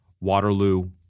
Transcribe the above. Waterloo